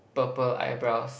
purple eyebrows